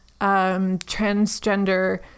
transgender